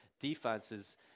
Defenses